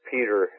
Peter